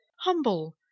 humble